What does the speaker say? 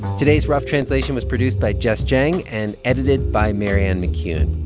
today's rough translation was produced by jess jiang and edited by marianne mccune.